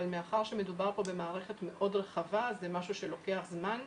אבל מאחר שמדובר פה במערכת מאוד רחבה זה משהו שלוקח זמן וכסף,